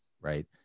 right